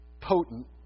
potent